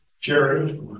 Jerry